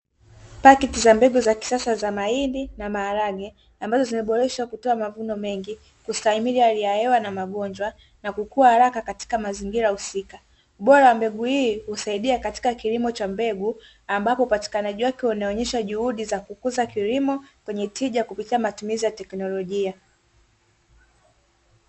Pakiti za mbegu za kisasa za mahindi na maharage ambazo zimeboreshwa kutoa mavuno mengi, kustahimili hali ya hewa na magonjwa, na kukua haraka katika mazingira husika, ubora wa mbegu hii usaidia katika kilimo cha mbegu ambapo upatikanaji wake unaonyesha juhudi za kukuza kilimo kwenye tija kupitia matumizi ya tekinolojia.